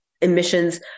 emissions